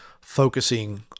focusing –